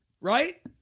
right